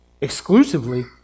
exclusively